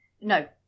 No